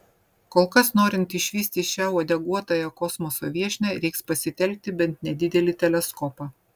kol kas norint išvysti šią uodeguotąją kosmoso viešnią reiks pasitelkti bent nedidelį teleskopą